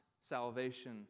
salvation